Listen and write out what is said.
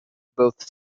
both